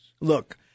Look